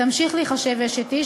תמשיך להיחשב אשת איש,